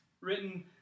written